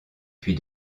puis